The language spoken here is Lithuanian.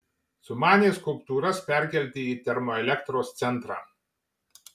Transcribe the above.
sumanė skulptūras perkelti į termoelektros centrą